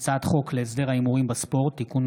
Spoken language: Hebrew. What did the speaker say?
הצעת חוק השכירות והשאילה (תיקון,